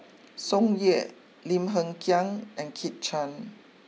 Tsung Yeh Lim Hng Kiang and Kit Chan